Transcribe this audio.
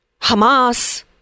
Hamas